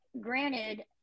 granted